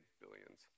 billions